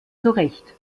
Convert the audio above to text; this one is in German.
zurecht